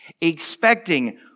expecting